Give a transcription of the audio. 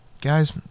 Guys